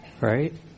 right